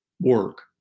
work